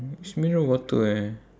it's mineral water eh